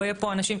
לא יהיו פה אנשים,